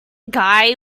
guy